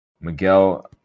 Miguel